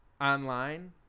online